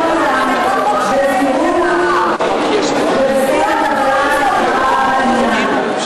לבחון בזהירות בטרם קבלת הכרעה בעניין.